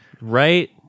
Right